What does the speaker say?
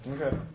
Okay